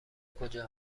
کجا